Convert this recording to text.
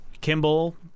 Kimball